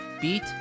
beat